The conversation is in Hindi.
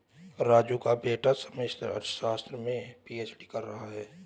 राजू का बेटा समष्टि अर्थशास्त्र में पी.एच.डी कर रहा है